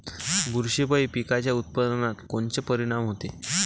बुरशीपायी पिकाच्या उत्पादनात कोनचे परीनाम होते?